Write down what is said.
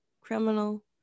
criminal